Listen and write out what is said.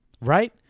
right